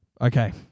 Okay